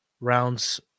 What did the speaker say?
rounds